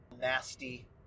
nasty